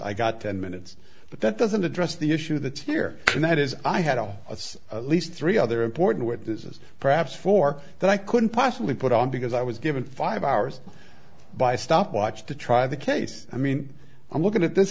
i got ten minutes but that doesn't address the issue of the tear and that is i had a least three other important witnesses perhaps four that i couldn't possibly put on because i was given five hours by stopwatch to try the case i mean i'm looking at this